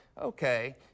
okay